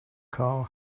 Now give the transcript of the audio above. car